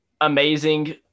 amazing